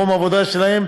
מקום העבודה שלהם